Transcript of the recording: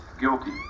guilty